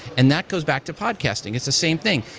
and that goes back to podcasting. it's the same thing.